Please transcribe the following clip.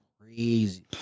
crazy